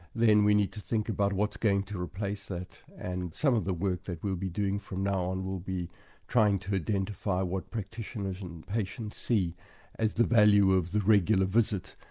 then we need to think about what's going to replace it, and some of the work that we'll be doing from now on will be trying to identify what practitioners and patients see as the value of the regular visit,